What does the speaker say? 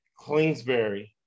Clingsbury